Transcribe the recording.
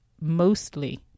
mostly